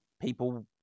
people